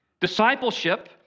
Discipleship